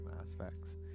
aspects